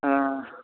ஆ